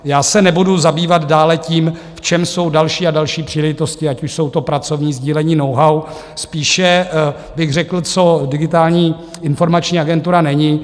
Já se nebudu zabývat dále tím, v čem jsou další a další příležitosti, ať už jsou to pracovní sdílení knowhow, spíše bych řekl, co Digitální a informační agentura není.